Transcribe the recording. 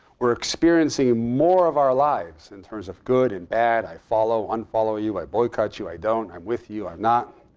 we're experiencing more of our lives in terms of good and bad, i follow, unfollow you, i boycott you, i don't, i'm with you, i'm not.